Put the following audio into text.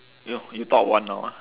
~yo you thought one now ah